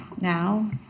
now